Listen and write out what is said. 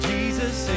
Jesus